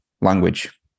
language